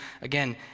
again